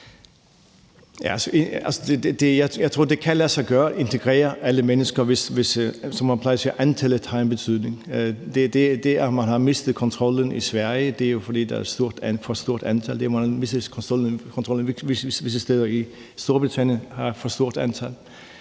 Jeg tror, det kan lade sig gøre at integrere alle mennesker, men som man plejer at sige, har antallet en betydning. At man har mistet kontrollen i Sverige, er jo, fordi der er for stort et antal,